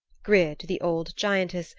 grid, the old giantess,